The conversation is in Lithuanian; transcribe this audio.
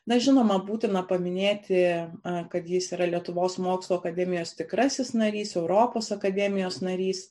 na žinoma būtina paminėti kad jis yra lietuvos mokslų akademijos tikrasis narys europos akademijos narys